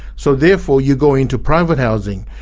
so therefore you go into private housing,